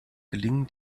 gelingen